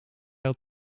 had